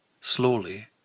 Slowly